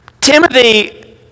Timothy